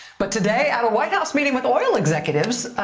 but today at a white house meeting with oil executives,